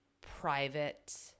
private